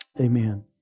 Amen